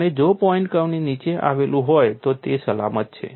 અને જો પોઈન્ટ કર્વની નીચે આવેલું હોય તો તે સલામત છે